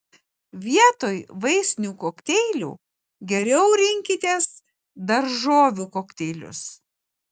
vietoj vaisinių kokteilių geriau rinkitės daržovių kokteilius